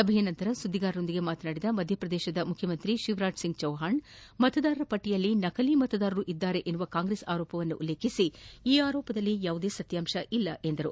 ಸಭೆಯ ನಂತರ ಸುದ್ದಿಗಾರರೊಂದಿಗೆ ಮಾತನಾಡಿದ ಮಧ್ಯಪ್ರದೇಶದ ಮುಖ್ಯಮಂತ್ರಿ ಶಿವರಾಜ್ ಸಿಂಗ್ ಚೌವ್ವಾಣ್ ಮತದಾರರ ಪಟ್ಟಿಯಲ್ಲಿ ನಕಲಿ ಮತದಾರರಿದ್ದಾರೆ ಎಂಬ ಕಾಂಗ್ರೆಸ್ ಆರೋಪವನ್ನು ಉಲ್ಲೇಖಿಸಿ ಈ ಆರೋಪದಲ್ಲಿ ಯಾವುದೇ ಸತ್ಯಾಂಶ ಇಲ್ಲ ಎಂದು ತಿಳಿಸಿದರು